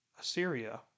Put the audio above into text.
Assyria